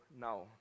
now